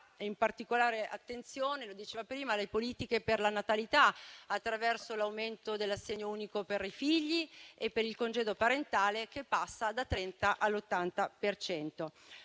la particolare attenzione - lo diceva prima - alle politiche per la natalità, attraverso l'aumento dell'assegno unico per i figli, e per il congedo parentale, che passa dal 30 all'80